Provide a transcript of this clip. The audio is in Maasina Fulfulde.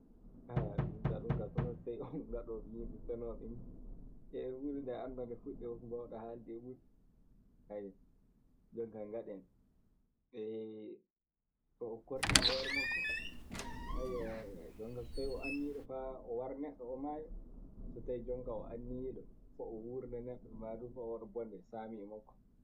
Mi kaa ɗum kaa so wanaa so tawi, on ngaɗooɓe yimɓe fenooɓe nii. huunde nde anndaa nde fuɗɗi won ko mbawɗaa haalde e mum naa. jonkaa ngaɗen so o kortike hoore makko so tawi jonkaa o anniyiiɗo faa oo wara neɗɗo, oo maaya. So tawi jonkaa o anniyiiɗo faa o wurna neɗɗo ma fuu faa oo waɗa bonde saami e makko.